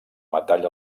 metall